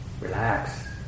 relax